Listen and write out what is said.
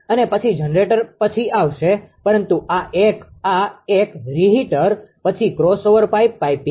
અને પછી જનરેટર પછી આવશે પરંતુ આ 1 આ 1 રેહિટર પછી ક્રોસઓવર પાઇપ પાઇપિંગ